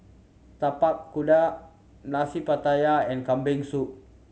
Tapak Kuda Nasi Pattaya and Kambing Soup